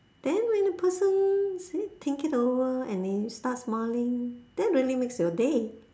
then when the person think it over and they start smiling that really makes your day